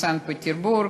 הנפלא?